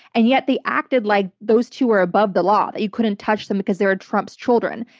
and yet, they acted like those two were above the law. that you couldn't touch them because they are trump's children.